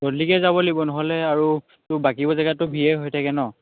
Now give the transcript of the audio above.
গধূলিকৈ যাব লাগিব নহ'লে আৰুতো বাকীবোৰ জেগাততো ভিৰেই হৈ থাকে ন